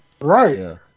Right